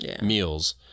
meals